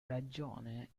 ragione